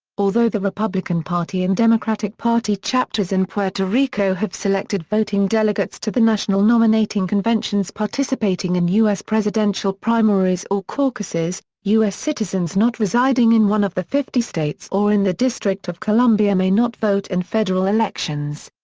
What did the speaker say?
although the republican party and democratic party chapters in puerto rico have selected voting delegates to the national nominating conventions participating in u s. presidential primaries or caucuses, u s. citizens not residing in one of the fifty states or in the district of columbia may not vote in federal elections.